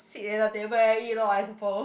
sit in a table and eat lor I suppose